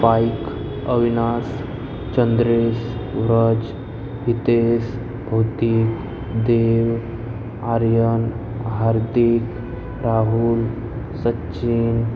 bike Avinash Chandresh Vraj Hitesh Bhautik Dev Aryan Hardik Rahul Sachin